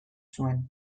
zuen